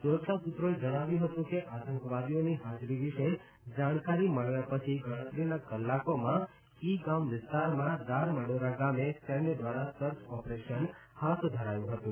સુરક્ષા સૂત્રોએ જણાવ્યું હતું કે આતંકવાદીઓની હાજરી વિશે જાણકારી મળ્યા પછી ગણતરીના કલાકોમાં કીગામ વિસ્તારમાં દારમડોરા ગામે સૈન્ય દ્વારા જ સર્ચ ઓપરેશન હાથ ધરાયું હતું